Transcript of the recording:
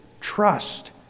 trust